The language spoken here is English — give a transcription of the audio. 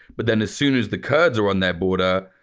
but then as soon as the kurds are on their border,